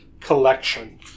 Collection